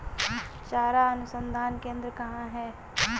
चारा अनुसंधान केंद्र कहाँ है?